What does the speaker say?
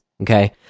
Okay